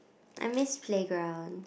I miss playgrounds